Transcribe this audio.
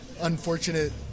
unfortunate